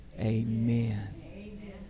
Amen